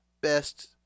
best